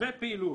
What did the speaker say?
רבי פעילות.